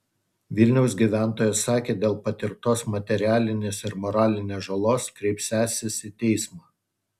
vilniaus gyventojas sakė dėl patirtos materialinės ir moralinės žalos kreipsiąsis į teismą